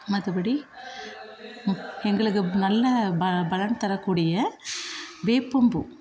மற்றபடி முக் எங்களுக்கு நல்ல ப பலன் தரக்கூடிய வேப்பம்பூ